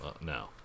No